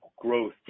growth